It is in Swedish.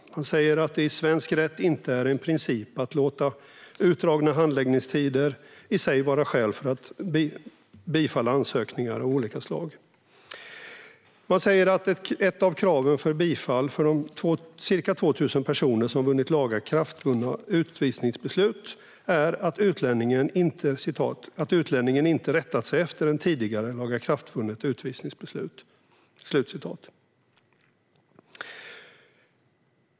Man säger att det i svensk rätt inte är en princip att låta utdragna handläggningstider i sig vara skäl för att bifalla ansökningar av olika slag. Man säger att ett av kraven för bifall för de ca 2 000 personer som har fått lagakraftvunna utvisningsbeslut är att utlänningen inte rättat sig efter ett tidigare lagakraftvunnet utvisningsbeslut.